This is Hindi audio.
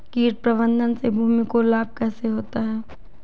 कीट प्रबंधन से भूमि को लाभ कैसे होता है?